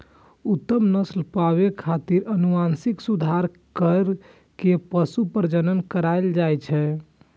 उत्तम नस्ल पाबै खातिर आनुवंशिक सुधार कैर के पशु प्रजनन करायल जाए छै